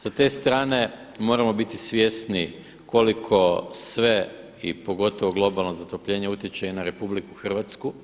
Sa te strane moramo biti svjesni koliko sve i pogotovo globalno zatopljenje utječe i na RH.